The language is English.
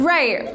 Right